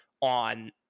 on